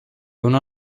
una